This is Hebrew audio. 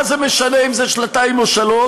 מה זה משנה אם זה שנתיים או שלוש,